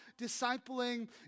discipling